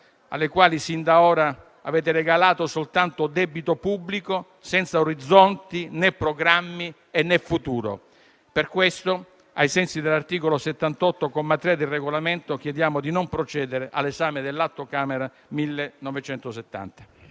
alle quali, sin da ora, avete regalato soltanto debito pubblico, senza orizzonti, né programmi, né futuro. Per questo, ai sensi dell'articolo 78, comma 3, del Regolamento, chiediamo di non procedere all'esame del provvedimento n. 1970.